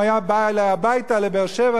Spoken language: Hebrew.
הוא היה בא אליה הביתה לבאר-שבע,